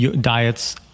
Diets